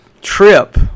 trip